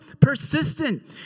persistent